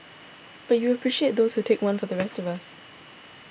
but you appreciate those who take one for the rest of us